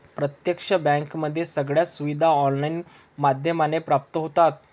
प्रत्यक्ष बँकेमध्ये सगळ्या सुविधा ऑनलाईन माध्यमाने प्राप्त होतात